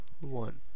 one